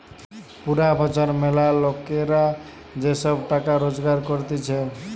পুরা বছর ম্যালা লোকরা যে সব টাকা রোজগার করতিছে